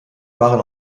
waren